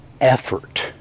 effort